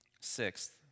Sixth